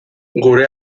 gure